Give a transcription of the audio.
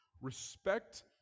Respect